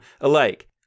alike